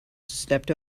stepped